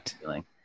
feeling